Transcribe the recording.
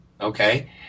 okay